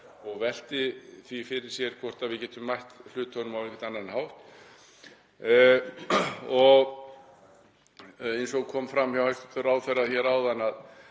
og velti því fyrir sér hvort við getum mætt hlutunum á einhvern annan hátt. Eins og kom fram hjá hæstv. ráðherra áðan þá